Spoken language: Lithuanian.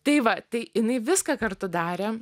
tai va tai jinai viską kartu darė